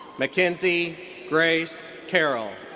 mackenzie grace carroll.